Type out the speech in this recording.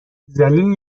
ذلیل